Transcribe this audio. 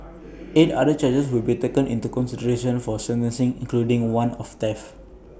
eight other charges will be taken into consideration for sentencing including one of theft